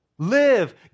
Live